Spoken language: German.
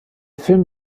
film